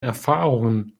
erfahrungen